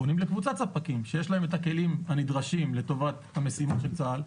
פונים לקבוצת ספקים שיש להם את הכלים הנדרשים לטובת המשימות של צה"ל,